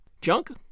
Junk